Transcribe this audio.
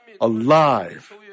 alive